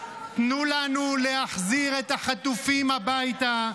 תנו לנו להחזיר את החטופים הביתה.